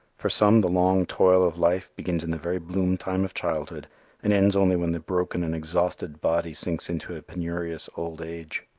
for some the long toil of life begins in the very bloom time of childhood and ends only when the broken and exhausted body sinks into a penurious old age.